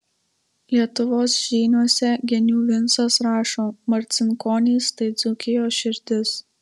lietuvos žyniuose genių vincas rašo marcinkonys tai dzūkijos širdis